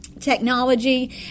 technology